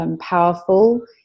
Powerful